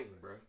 bro